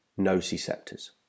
nociceptors